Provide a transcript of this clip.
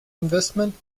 investment